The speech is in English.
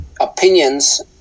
opinions